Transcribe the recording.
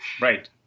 Right